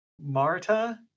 Marta